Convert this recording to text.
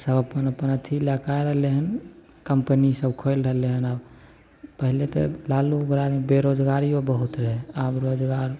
सब अपन अपन अथी लैके आ रहलै हँ कम्पनी सब खोलि रहलै हँ आओर पहिले तऽ लालूके राजमे बेरोजगारिओ बहुत रहै आब रोजगार